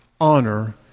honor